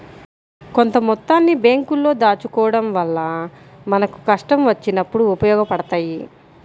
కొంత మొత్తాన్ని బ్యేంకుల్లో దాచుకోడం వల్ల మనకు కష్టం వచ్చినప్పుడు ఉపయోగపడతయ్యి